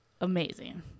amazing